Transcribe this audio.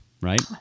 Right